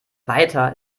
weiter